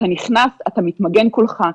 אתה נכנס אתה מתמגן כולך.